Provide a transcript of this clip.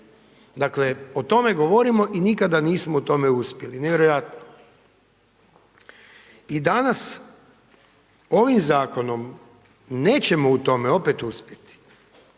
Dakle o tome govorimo i nikada nismo u tome uspjeli, nevjerojatno. I danas ovim zakonom nećemo u tome opet uspjeti,